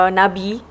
nabi